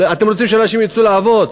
אתם רוצים שאנשים יצאו לעבוד?